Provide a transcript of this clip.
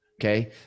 Okay